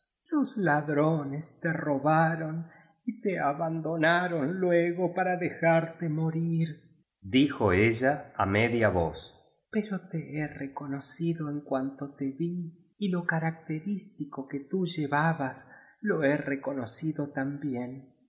los ladrones te robaron y te abandonaron luego para dejarte morirdijo ella á media voz pero te he reconocido en cuanto te vi y lo característico que tú llevabas lo he reconocido también